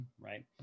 right